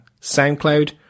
SoundCloud